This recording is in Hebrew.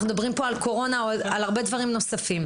אנחנו מדברים כאן על קורונה ועל עוד הרבה דברים נוספים.